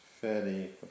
fairly